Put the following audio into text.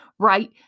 Right